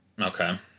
okay